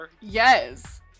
yes